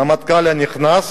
הרמטכ"ל הנכנס,